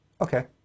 Okay